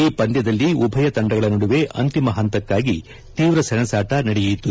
ಈ ಪಂದ್ಜದಲ್ಲಿ ಉಭಯ ತಂಡಗಳ ನಡುವೆ ಅಂತಿಮ ಹಂತಕ್ಕಾಗಿ ತೀವ್ರ ಸೆಣಸಾಟ ನಡೆಯಿತು